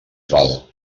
val